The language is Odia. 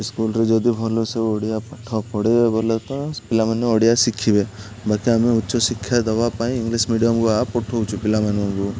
ସ୍କୁଲରେ ଯଦି ଭଲ ସେ ଓଡ଼ିଆ ପାଠ ପଢ଼ାଇବେ ବୋଲେ ତ ପିଲାମାନେ ଓଡ଼ିଆ ଶିଖିବେ ବାକି ଆମେ ଉଚ୍ଚଶିକ୍ଷା ଦେବା ପାଇଁ ଇଂଲିଶ ମିଡ଼ିୟମ୍କୁ ଏକା ପଠାଉଛୁ ପିଲାମାନଙ୍କୁ